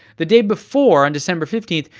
the day before, on december fifteenth,